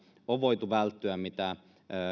on voitu välttyä niiltä sudenkuopilta mitä